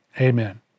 amen